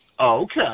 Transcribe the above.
Okay